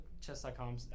Chess.com